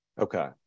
Okay